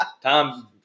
Tom